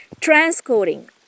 Transcoding